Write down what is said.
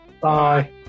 Bye